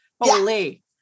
Holy